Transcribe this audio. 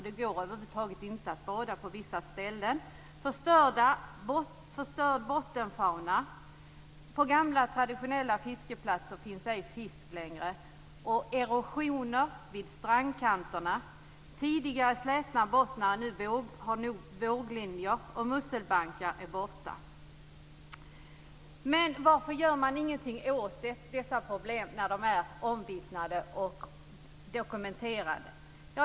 Det går över huvud taget inte att bada på vissa ställen. - Bottenfauna har förstörts. - På gamla traditionella fiskeplatser finns ej längre fisk. - Erosion sker vid strandkanterna. - Tidigare släta bottnar har nu våglinjer. - Musselbankar är borta. Varför gör man ingenting åt dessa problem, när de är omvittnade och dokumenterade?